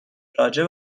راجع